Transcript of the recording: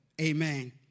Amen